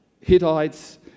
Hittites